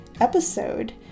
episode